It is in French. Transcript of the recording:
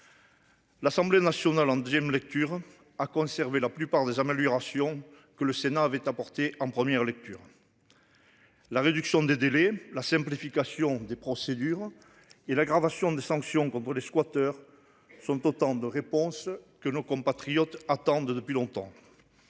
L'Assemblée nationale en 2ème. Lecture à conserver la plupart des améliorations que le Sénat avait apporté en première lecture. La réduction des délais, la simplification des procédures et l'aggravation des sanctions contre les squatteurs sont autant de réponses que nos compatriotes attendent depuis longtemps.